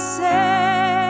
say